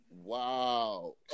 wow